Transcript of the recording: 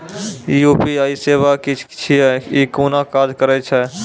UPI सेवा की छियै? ई कूना काज करै छै?